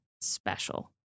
special